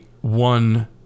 one